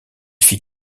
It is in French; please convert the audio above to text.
fit